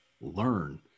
learn